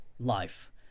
life